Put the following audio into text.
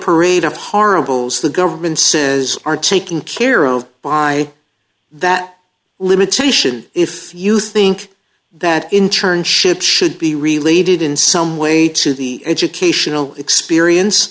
parade of horribles the government says are taking care of by that limitation if you think that internship should be related in some way to the educational experience